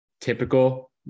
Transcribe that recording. typical